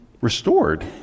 restored